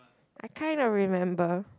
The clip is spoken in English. I kind of remember